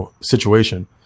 situation